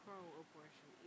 pro-abortion